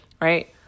right